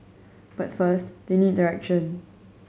but first they need direction